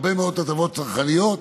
הרבה מאוד הטבות צרכניות.